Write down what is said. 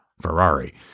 Ferrari